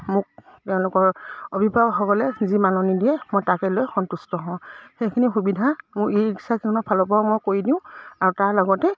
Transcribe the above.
মোক তেওঁলোকৰ অভিভাৱকসকলে যি মাননি দিয়ে মই তাকে লৈ সন্তুষ্ট হওঁ সেইখিনি সুবিধা মোৰ ই ৰিক্সাখনৰ ফালৰ পৰাও মই কৰি দিওঁ আৰু তাৰ লগতে